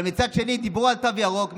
אבל מצד שני דיברו על תו ירוק,